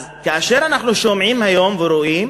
אז כאשר אנחנו שומעים היום ורואים